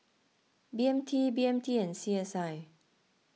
B M T B M T and C S I